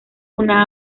una